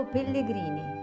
Pellegrini